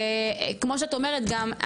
וכמו שאת אומרת גם,